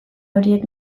horiek